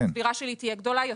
הצבירה שלי תהיה גדולה יותר,